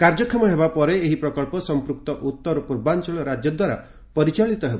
କାର୍ଯ୍ୟକ୍ଷମ ହେବା ପରେ ଏହି ପ୍ରକଳ୍ପ ସମ୍ପୃକ୍ତ ଉତ୍ତର ପୂର୍ବାଞ୍ଚଳ ରାଜ୍ୟ ଦ୍ୱାରା ପରିଚାଳିତ ହେବ